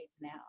now